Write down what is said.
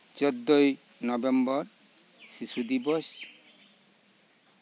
ᱪᱳᱫᱽᱫᱳᱭ November ᱥᱤᱥᱩ ᱫᱤᱵᱚᱥ